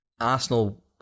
Arsenal